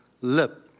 lip